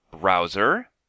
browser